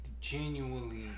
Genuinely